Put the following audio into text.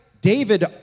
David